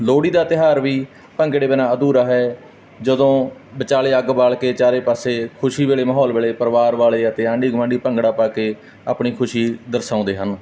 ਲੋਹੜੀ ਦਾ ਤਿਉਹਾਰ ਵੀ ਭੰਗੜੇ ਬਿਨਾਂ ਅਧੂਰਾ ਹੈ ਜਦੋਂ ਵਿਚਾਲੇ ਅੱਗ ਬਾਲ ਕੇ ਚਾਰੇ ਪਾਸੇ ਖੁਸ਼ੀ ਵੇਲੇ ਮਾਹੌਲ ਵੇਲੇ ਪਰਿਵਾਰ ਵਾਲੇ ਅਤੇ ਆਂਢੀ ਗੁਆਂਢੀ ਭੰਗੜਾ ਪਾ ਕੇ ਆਪਣੀ ਖੁਸ਼ੀ ਦਰਸ਼ਾਉਂਦੇ ਹਨ